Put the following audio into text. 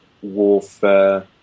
warfare